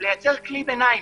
לייצר כלי ביניים,